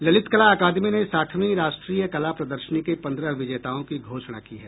ललित कला अकादमी ने साठवीं राष्ट्रीय कला प्रदर्शनी के पन्द्रह विजेताओं की घोषणा की है